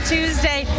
Tuesday